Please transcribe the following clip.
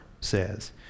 says